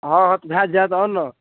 हँ हँ तऽ भऽ जाएत आउ ने